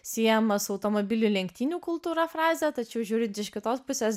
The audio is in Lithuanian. siejama su automobilių lenktynių kultūra frazė tačiau žiūrint iš kitos pusės